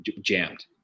jammed